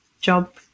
job